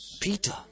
Peter